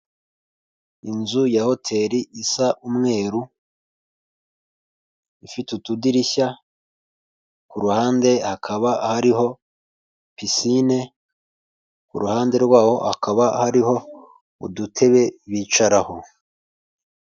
Inzu ya hoteli isa umweru, ifite utudirishya, ku ruhande hakaba hariho pisine, ku ruhande rwaho hakaba hariho udutebe bicaraho.